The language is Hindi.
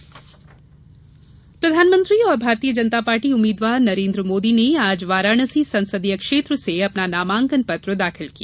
प्रधानमंत्री नामांकन प्रधानमंत्री और भारतीय जनता पार्टी उम्मीदवार नरेन्द्र मोदी ने आज वाराणसी संसदीय क्षेत्र से अपना नामांकन पत्र दाखिल किया